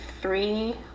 three